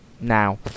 now